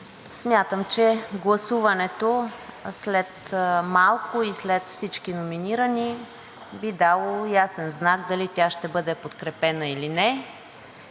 Смятам, че гласуването след малко и след всички номинирани би дало ясен знак дали тя ще бъде подкрепена или не.